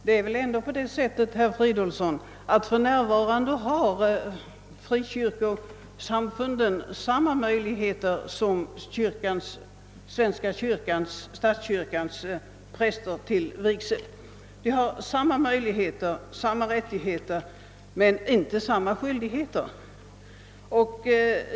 Herr talman! För närvarande har frikyrkosamfunden, herr Fridolfsson i Stockholm, samma möjligheter som den svenska statskyrkans präster att viga. De har samma möjligheter, samma rättigheter men inte samma skyldigheter.